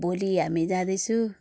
भोलि हामी जाँदैछौँ